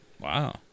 Wow